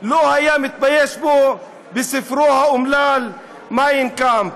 לא היה מתבייש בו בספרו האומלל "מיין קאמפף".